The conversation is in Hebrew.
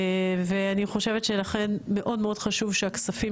ואני חושבת שלכן מאוד חשוב שהכספים